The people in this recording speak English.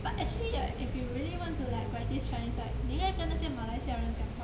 but actually right if you really want to like practise chinese right 你应该跟那些马来西亚人讲话